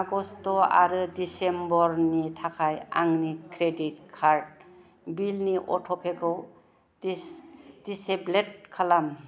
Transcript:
August' आरो दिसेम्बरनि थाखाय आंनि क्रेडिट कार्ड बिलनि अट'पेखौ दिसेबोल खालाम